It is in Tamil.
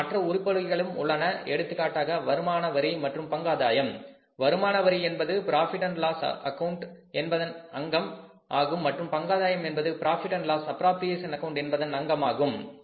நமக்கு மற்ற உருபடிகளும் உள்ளன எடுத்துக்காட்டாக வருமான வரி மற்றும் பங்காதாயம் வருமான வரி என்பது புரோஃபிட் அண்ட் லாஸ் அக்கவுண்ட் என்பதன் அங்கம் ஆகும் மற்றும் பங்காதாயம் என்பது profit and loss appropriation account Profit Loss Appropriation account என்பதன் அங்கமாகும்